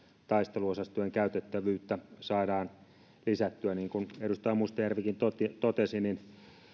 taisteluosastojen käytettävyyttä saadaan lisättyä niin kuin edustaja mustajärvikin totesi totesi